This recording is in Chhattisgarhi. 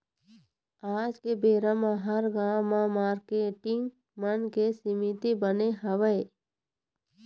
आज के बेरा म हर गाँव म मारकेटिंग मन के समिति बने हवय